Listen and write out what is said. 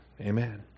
Amen